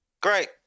Great